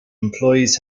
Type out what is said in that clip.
employees